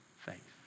faith